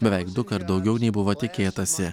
beveik dukart daugiau nei buvo tikėtasi